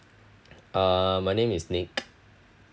uh my name is nick